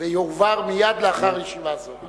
ויועבר מייד לאחר ישיבה זאת.